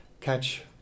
catch